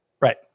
Right